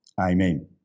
Amen